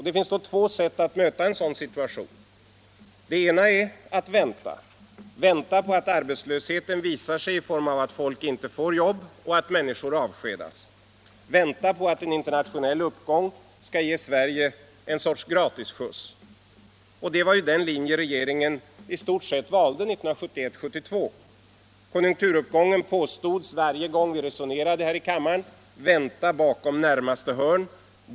Det finns två sätt att möta en sådan situation. Det ena är att vänta. Vänta på att arbetslösheten visar sig i form av att folk inte får jobb och att människor avskedas. Vänta på att en internationell uppgång skall ge Sverige ett slags gratisskjuts. Det var i stort sett den linjen regeringen valde 1971-1972. Konjunkturuppgången påstods, varje gång vi resonerade här i kammaren, vänta bakom närmaste hörn.